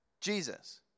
Jesus